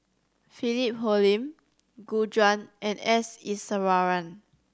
Philip Hoalim Gu Juan and S Iswaran